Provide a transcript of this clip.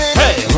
hey